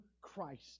Christ